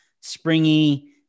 Springy